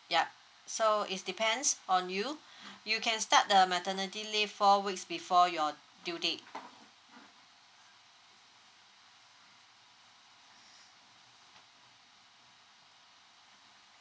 yup so is depends on you you can start the maternity leave four weeks before your due date